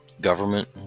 government